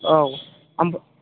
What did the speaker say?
औ आमफ्राय